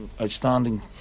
outstanding